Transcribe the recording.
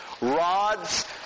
Rods